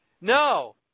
No